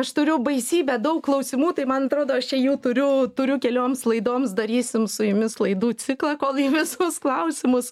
aš turiu baisybę daug klausimų tai man atrodo aš čia jau turiu turiu kelioms laidoms darysim su jumis laidų ciklą kol į visus klausimus